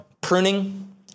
Pruning